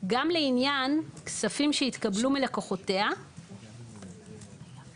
גם לעניין כספים שהתקבלו מלקוחותיה או